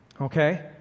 Okay